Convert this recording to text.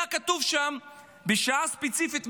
היה כתוב שם בשעה ספציפית,